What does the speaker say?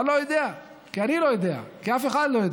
אתה לא יודע, כי אני לא יודע וכי אף אחד לא יודע,